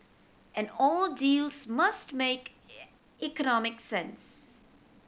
and all deals must make economic sense